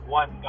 one